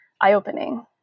eye-opening